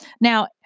Now